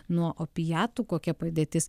nuo opiatų kokia padėtis